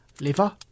liver